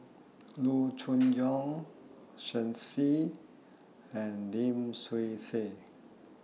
Loo Choon Yong Shen Xi and Lim Swee Say